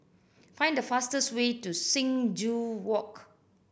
find the fastest way to Sing Joo Walk